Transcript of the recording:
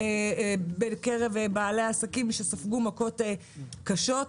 בקרב בעלי עסקים שספגו מכות קשות.